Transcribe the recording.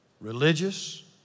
religious